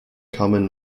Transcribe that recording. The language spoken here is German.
kamen